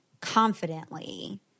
confidently